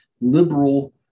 liberal